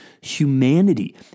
humanity